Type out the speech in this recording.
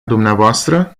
dumneavoastră